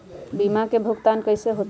बीमा के भुगतान कैसे होतइ?